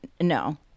No